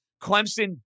Clemson